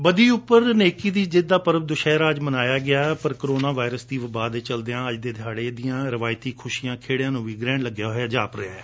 ਬਦੀ ਉਪਰ ਨੇਕੀ ਦੀ ਜਿੱਤ ਦਾ ਪਰਬ ਦੁਸ਼ਹਿਰਾ ਅੱਜ ਮਨਾਇਆ ਗਿਆ ਪਰ ਕੋਰੋਨਾ ਵਾਇਰਸ ਦੀ ਵਬਾਅ ਦੇ ਚਲਦਿਆਂ ਅੱਜ ਦੇ ਦਿਹਾੜੇ ਦੀਆਂ ਰਿਵਾਇਤੀ ਖੁਸ਼ੀਆਂ ਖੇੜਿਆਂ ਨੂੰ ਵੀ ਗ੍ਰਹਿਣ ਹੋਇਆ ਜਾਪ ਰਿਹੈ